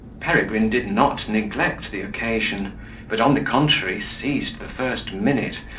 peregrine did not neglect the occasion but, on the contrary, seized the first minute,